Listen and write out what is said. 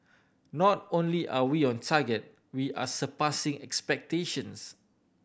not only are we on target we are surpassing expectations